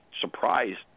surprised